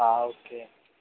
હા ઓકે